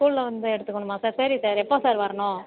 ஸ்கூல்லில் வந்து எடுத்துக்கணுமா சார் சரி சார் எப்போ சார் வரணும்